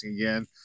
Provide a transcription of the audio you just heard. again